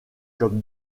comme